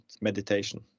meditation